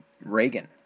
Reagan